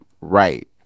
right